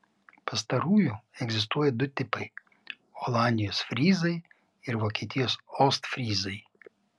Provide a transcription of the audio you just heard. pastarųjų egzistuoja du tipai olandijos fryzai ir vokietijos ostfryzai